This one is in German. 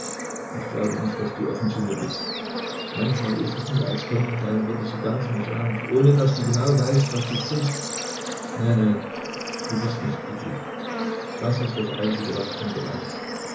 ich glaube nicht daß du offen zu mir bist manchmal ist es mir als kommen deine worte so ganz mechanisch ohne daß du genau weißt was du sprichst nein nein du bist nicht glücklich das ist das einzige was ich von dir weiß